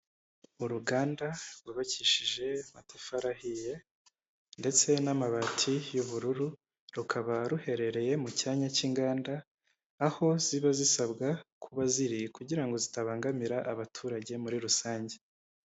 Uruganda rwubakishije amatafari ahiye ndetse n'amabati y'ubururu, rukaba ruherereye mu cyanya cy'inganda aho ziba zisabwa kuba ziri kugira ngo zitabangamira abaturage muri rusange.